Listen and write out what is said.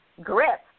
grip